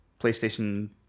PlayStation